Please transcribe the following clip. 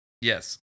Yes